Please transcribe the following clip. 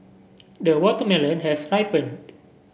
the watermelon has ripened